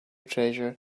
treasure